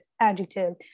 adjective